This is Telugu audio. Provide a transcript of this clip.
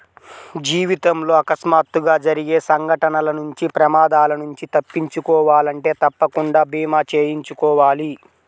జీవితంలో అకస్మాత్తుగా జరిగే సంఘటనల నుంచి ప్రమాదాల నుంచి తప్పించుకోవాలంటే తప్పకుండా భీమా చేయించుకోవాలి